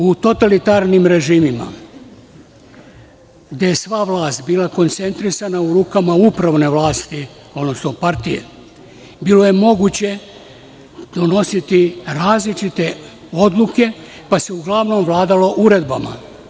U totalitarnim režima, gde je sva vlast bila koncentrisana u rukama upravne vlasti, odnosno partije, bilo je moguće donositi različite odluke, pa se uglavnom vladalo uredbama.